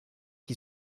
qui